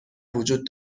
وجود